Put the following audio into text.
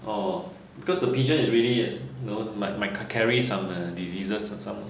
orh because the pigeon is really you know might might carry some diseases or some